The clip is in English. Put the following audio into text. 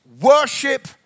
Worship